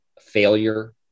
failure